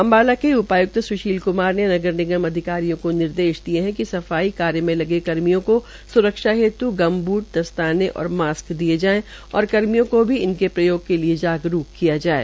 अम्बाला के उपाय्क्त स्शील क्मार ने नगर निगम अधिकारियों को निर्देश दिये है कि सफाई कार्यमें लगे कर्मियों को स्रक्षा हेत् गमबूट दस्ताने और मास्क दिये जाये और कर्मियों को भी इनके प्रयोग के लिए जागरूक् किया जाये